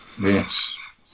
Yes